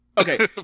Okay